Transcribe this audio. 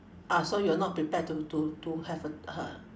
ah so you're not prepared to to to have a uh